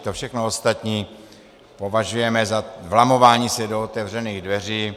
To všechno ostatní považujeme za vlamování se do otevřených dveří.